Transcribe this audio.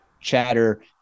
chatter